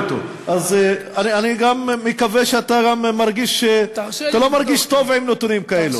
אני גם מקווה שאתה לא מרגיש טוב עם נתונים כאלו.